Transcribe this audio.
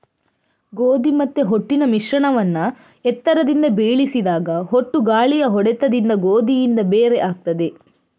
ಗೋಧಿ ಮತ್ತೆ ಹೊಟ್ಟಿನ ಮಿಶ್ರಣವನ್ನ ಎತ್ತರದಿಂದ ಬೀಳಿಸಿದಾಗ ಹೊಟ್ಟು ಗಾಳಿಯ ಹೊಡೆತದಿಂದ ಗೋಧಿಯಿಂದ ಬೇರೆ ಆಗ್ತದೆ